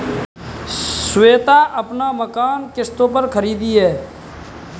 श्वेता अपना मकान किश्तों पर खरीदी है